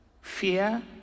fear